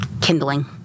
kindling